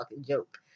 joke